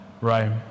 right